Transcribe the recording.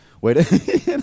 wait